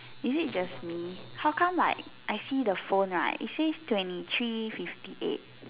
is it just me how come like I see the phone right it says twenty three fifty right